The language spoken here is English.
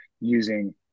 using